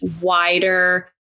wider